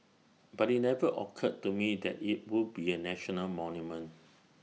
but IT never occurred to me that IT would be A national monument